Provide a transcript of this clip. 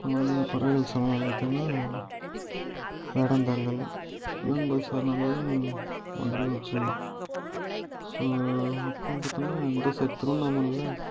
அப்புறம் வந்து பறவைகள் சரணாலயத்துலனா வேடந்தாங்கல் விலங்குகள் சரணாலயம் வண்டலூர் ஜூ ஸோ அப்புறம் பார்த்தோம்னா இந்த சைடு திருவண்ணாமலையில்